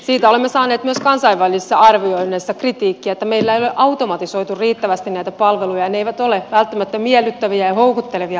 siitä olemme saaneet myös kansainvälisissä arvioinneissa kritiikkiä että meillä ei ole automatisoitu riittävästi näitä palveluja ja ne eivät ole välttämättä miellyttäviä ja houkuttelevia asiakkaan kannalta